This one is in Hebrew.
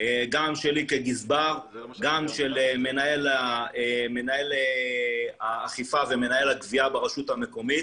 גם שלי כגזבר וגם של מנהל האכיפה ומנהל הגבייה ברשות המקומית,